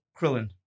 Krillin